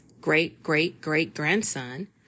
great-great-great-grandson